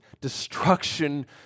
destruction